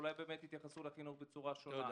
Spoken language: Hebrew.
אולי יתייחסו לחינוך בצורה שונה.